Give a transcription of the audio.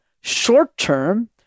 short-term